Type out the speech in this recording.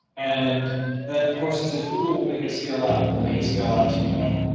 and then of course, since his google will make it scale out, will make it scale out to you know,